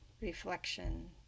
reflection